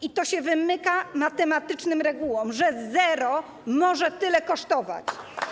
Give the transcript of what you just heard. I to się wymyka matematycznym regułom, że zero może tyle kosztować.